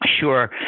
Sure